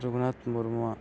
ᱨᱚᱜᱷᱩᱱᱟᱛᱷ ᱢᱩᱨᱢᱩᱣᱟᱜ